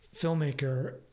filmmaker